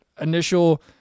initial